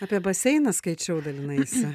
apie baseiną skaičiau dalinaisi